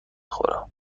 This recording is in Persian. خواهم